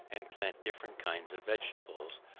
and plant different kinds of vegetables,